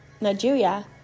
Nigeria